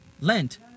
Lent